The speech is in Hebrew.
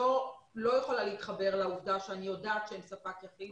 לא יכולה להתחבר לעובדה שאני יודעת שהם ספק יחיד.